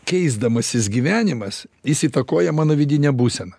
keisdamasis gyvenimas jis įtakoja mano vidinę būseną